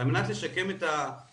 על מנת לשקם את המשפחה?